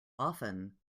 often